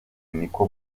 niko